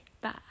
bye